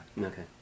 Okay